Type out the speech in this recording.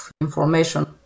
information